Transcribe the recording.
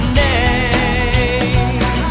name